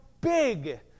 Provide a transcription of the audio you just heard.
big